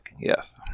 Yes